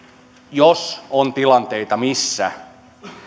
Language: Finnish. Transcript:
jos on tilanteita missä niitä